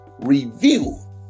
review